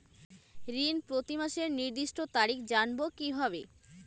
ঋণ প্রতিমাসের নির্দিষ্ট তারিখ জানবো কিভাবে?